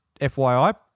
FYI